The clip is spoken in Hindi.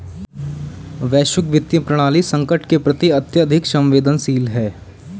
वैश्विक वित्तीय प्रणाली संकट के प्रति अत्यधिक संवेदनशील है